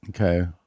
okay